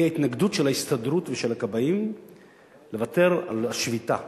והיא ההתנגדות של ההסתדרות ושל הכבאים לוותר על השביתה.